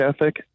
ethic